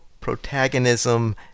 Protagonism